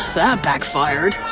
that backfired.